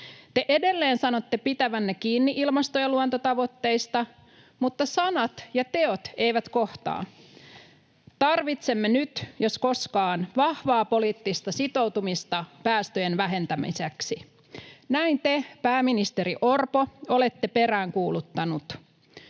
Te edelleen sanotte pitävänne kiinni ilmasto- ja luontotavoitteista, mutta sanat ja teot eivät kohtaa. ”Tarvitsemme nyt jos koskaan vahvaa poliittista sitoutumista päästöjen vähentämiseksi”. Näin te, pääministeri Orpo, olette peräänkuuluttanut.